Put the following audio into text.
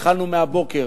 התחלנו בבוקר,